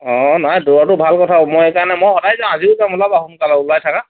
অ নাই দৌৰাটো ভাল কথা মই সেইকাৰণে মই সদায় যাওঁ আজিও যাম ওলাবা সোনকালে ওলাই থাকা